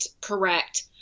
Correct